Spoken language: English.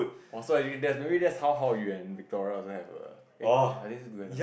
oh so that that's maybe that's maybe how how you and Victoria also have a eh are they still together